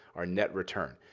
our net return.